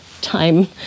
time